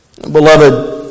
Beloved